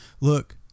Look